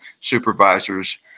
supervisors